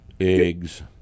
Eggs